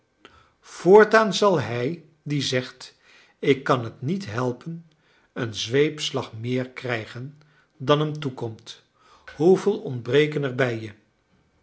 voortaan zal hij die zegt ik kan het niet helpen een zweepslag meer krijgen dan hem toekomt hoeveel ontbreken er bij je